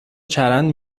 چرند